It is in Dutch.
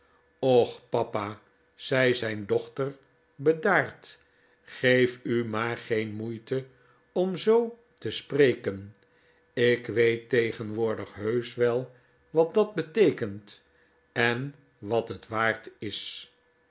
och papa zei zijn dochter bedaard geef u maar geen moeite om zoo te spreken ik weet tegenwoordig heusch wel wat dat beteekent en wat het waard is